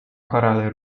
korale